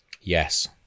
yes